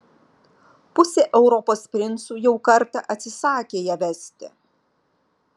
pusė europos princų jau kartą atsisakė ją vesti